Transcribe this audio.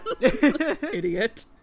Idiot